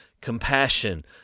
compassion